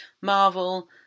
Marvel